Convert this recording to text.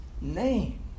name